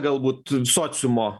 galbūt sociumo